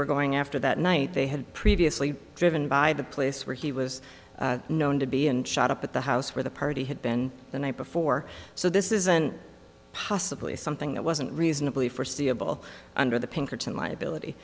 were going after that night they had previously driven by the place where he was known to be and shot up at the house where the party had been the night before so this isn't possibly something that wasn't reasonably foreseeable under the pinkerton liability